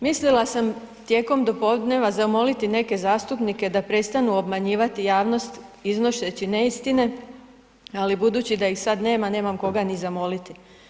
Mislila sam tijekom dopodneva zamoliti neke zastupnike da prestanu obmanjivati javnost iznoseći neistine ali budući da ih sad nema, nemam koga ni zamoliti.